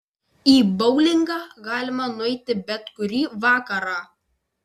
į boulingą galima nueiti bet kurį vakarą